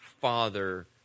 father